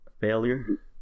Failure